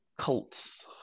Cults